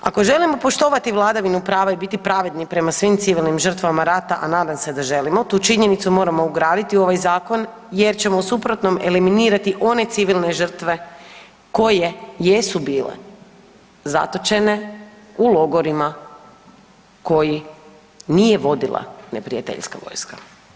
Ako želimo poštovati vladavinu prava i biti pravedni prema svim civilnim žrtvama rata, a nadam se da želimo tu činjenicu moramo ugraditi u ovaj zakon jer ćemo u suprotnom eliminirati one civilne žrtve koje jesu bile zatočene u logorima koji nije vodila neprijateljska vojska.